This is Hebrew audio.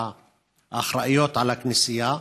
שאחראיות לכנסייה,